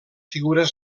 figures